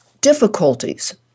difficulties